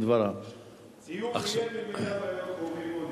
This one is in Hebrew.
ממילא בימים הקרובים יהיו עוד